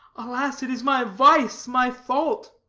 alas, it is my vice, my fault!